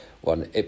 one